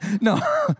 no